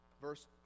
verse